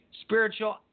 spiritual